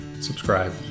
subscribe